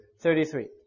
thirty-three